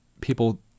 people